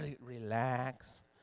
Relax